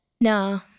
No